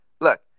Look